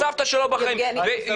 כשסבתא שלו לא בחיים --- אז מה צריך,